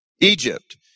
Egypt